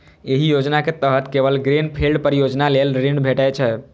एहि योजना के तहत केवल ग्रीन फील्ड परियोजना लेल ऋण भेटै छै